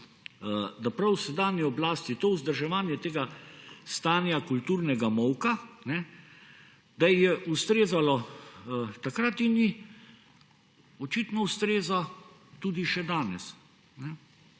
je prav sedanji oblasti vzdrževanje stanja kulturnega molka ustrezalo takrat in ji očitno ustreza tudi še danes.